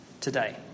today